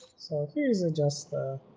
so here's a just